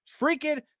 freaking